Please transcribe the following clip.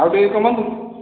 ଆଉ ଟିକେ କମାନ୍ତୁ